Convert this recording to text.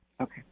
Okay